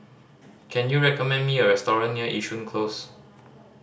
can you recommend me a restaurant near Yishun Close